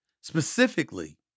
specifically